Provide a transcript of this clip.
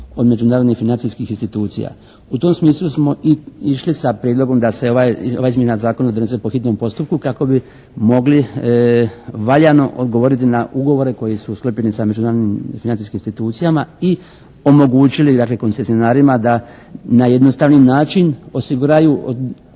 od međunarodnih financijskih institucija. U tom smislu smo i išli sa prijedlogom da se ova izmjena zakona donese po hitnom postupku, kako bi mogli valjano odgovoriti na ugovore koji su sklopljeni sa međunarodnim financijskim institucijama i omogućili dakle, koncesionarima da na jednostavniji način osiguraju